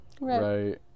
Right